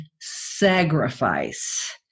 Sacrifice